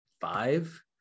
five